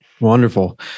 Wonderful